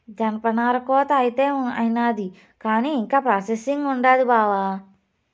జనపనార కోత అయితే అయినాది కానీ ఇంకా ప్రాసెసింగ్ ఉండాది బావా